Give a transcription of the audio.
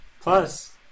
Plus